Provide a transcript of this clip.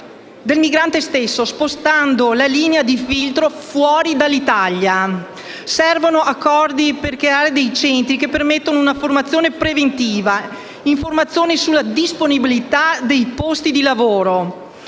del migrante stesso spostando la linea di filtro fuori dall'Italia. Servono accordi per creare centri che permettano una formazione preventiva, informazioni sulla disponibilità di posti di lavoro